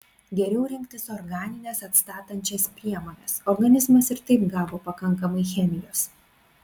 geriau rinktis organines atstatančias priemones organizmas ir taip gavo pakankamai chemijos